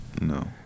No